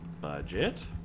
budget